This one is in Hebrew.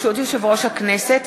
ברשות יושב-ראש הכנסת,